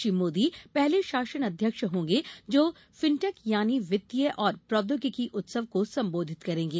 श्री मोदी पहले शासनाध्यक्ष होंगे जो फिन्टेक यानी वित्तीय और प्रौद्योगिकी उत्सव को संबोधित करेंगे